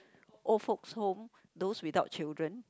old folks home those without children